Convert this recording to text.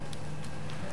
הוא: